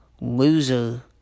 loser